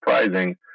surprising